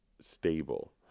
stable